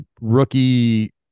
rookie